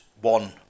one